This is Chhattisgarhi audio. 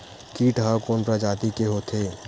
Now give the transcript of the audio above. कीट ह कोन प्रजाति के होथे?